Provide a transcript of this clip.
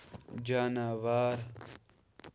جاناوار